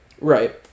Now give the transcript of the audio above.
Right